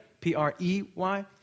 P-R-E-Y